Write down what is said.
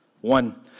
One